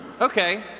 Okay